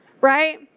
Right